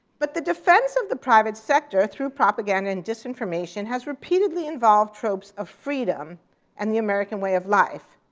but the defense of the private sector through propaganda and disinformation has repeatedly involved tropes of freedom and the american way of life,